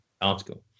article